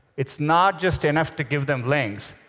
it's not just enough to give them links.